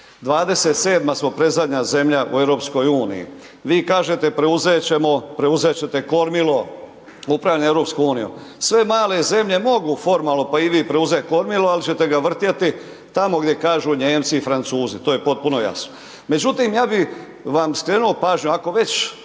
27. smo predzadnja zemlja u EU-u. Vi kažete preuzet ćete kormilo upravljanja EU-om. Sve male zemlje mogu formalno pa i vi preuzeti kormilo ali ćete ga vrtjeti tamo gdje kažu Nijemci i Francuzi, to je potpuno jasno. Međutim, ja bi vam skrenuo pažnju, ako već